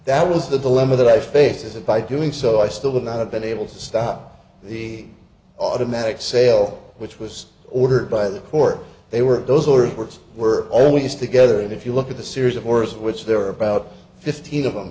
that was the dilemma that i face as a by doing so i still would not have been able to stop the automatic sale which was ordered by the court they were those orders works were always together and if you look at the series of words which there are about fifteen of them